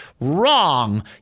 Wrong